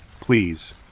please